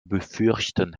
befürchten